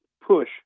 push